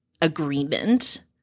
agreement